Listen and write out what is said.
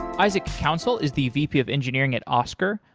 isaac council is the vp of engineering at oscar.